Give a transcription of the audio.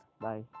bye